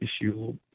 issue